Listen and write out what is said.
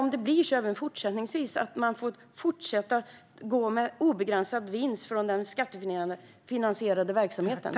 Vad innebär det om man även fortsättningsvis får gå med obegränsad vinst i skattefinansierad verksamhet?